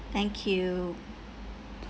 thank you